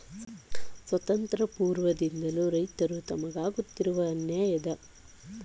ಸ್ವಾತಂತ್ರ್ಯ ಪೂರ್ವದಿಂದಲೂ ರೈತರು ತಮಗಾಗುತ್ತಿದ್ದ ಅನ್ಯಾಯದ ವಿರುದ್ಧ ಹೋರಾಟ ನಡೆಸುತ್ಲೇ ಬಂದಿದ್ದಾರೆ